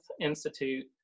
Institute